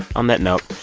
on that note,